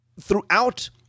throughout